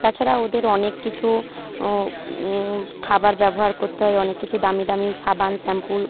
তাছাড়া ওদের অনেক কিছু খাবার ব্যবহার করতে হয় অনেক কিছু দামি দামি সাবান শ্যাম্পু